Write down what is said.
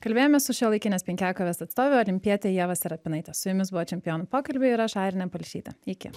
kalbėjomės su šiuolaikinės penkiakovės atstove olimpiete ieva serapinaite su jumis buvo čempionų pokalbiai ir aš airinė palšytė iki